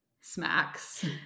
smacks